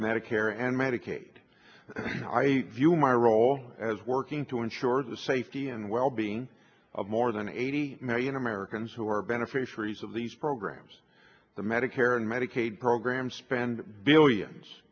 medicare and medicaid i view my role as working to ensure the safety and well being of more than eighty million americans who are beneficiaries of these programs the medicare and medicaid program spend billions